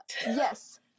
yes